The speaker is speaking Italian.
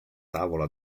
tavola